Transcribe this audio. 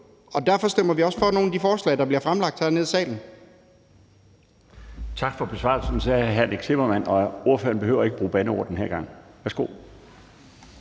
Derfor stemmer vi også for nogle af de forslag, der bliver fremsat hernede i salen.